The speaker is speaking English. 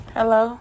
Hello